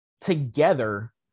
together